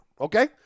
okay